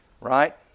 right